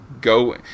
go